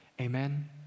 amen